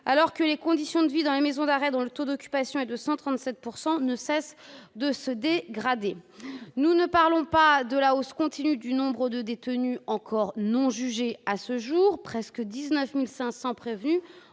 alors que les conditions de vie dans les maisons d'arrêt, dont le taux d'occupation est de 137 %, ne cessent de se dégrader. Et nous ne parlons pas de la hausse continue du nombre de détenus encore non jugés- presque 19 500 prévenus